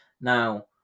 Now